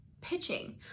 pitching